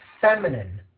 feminine